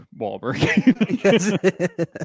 Wahlberg